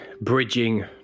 bridging